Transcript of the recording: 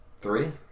Three